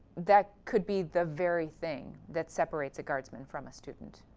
that could be the very thing that separates a guardsman from a student.